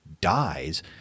dies